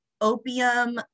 opium